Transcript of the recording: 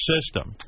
system